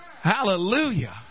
Hallelujah